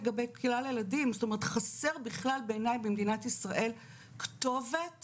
פניות הילדים בעצם כגוף שנותן את האפשרות לילדים להשתתף